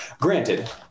granted